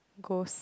ghost